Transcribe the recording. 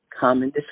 common